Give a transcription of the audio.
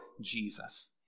Jesus